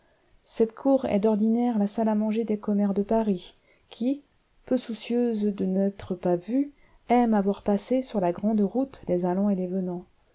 cette cour est d'ordinaire la salle à manger des commères de paris qui peu soucieuses de n'être pas vues aiment à voir passer sur la grande route les allants et les venants